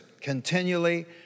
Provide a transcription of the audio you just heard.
continually